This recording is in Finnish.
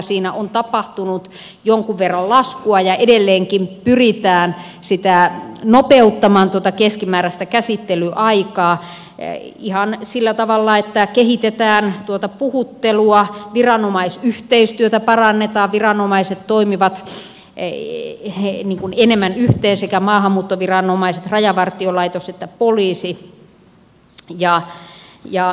siinä on tapahtunut jonkun verran laskua ja edelleenkin pyritään nopeuttamaan tuota keskimääräistä käsittelyaikaa ihan sillä tavalla että kehitetään tuota puhuttelua viranomaisyhteistyötä parannetaan viranomaiset toimivat enemmän yhteen sekä maahanmuuttoviranomaiset rajavartiolaitos että poliisi